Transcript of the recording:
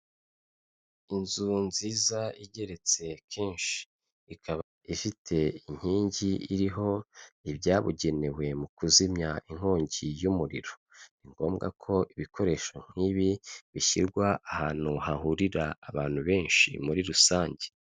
Inzu nziza igeretse kenshi, ikaba ifite inkingi iriho ibyabugenewe mu kuzimya inkongi y'umuriro, ni ngombwa ko ibikoresho nk'ibi bishyirwa ahantu hahurira abantu benshi muri rusange.